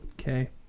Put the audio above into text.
Okay